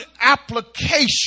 application